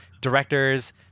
directors